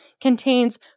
contains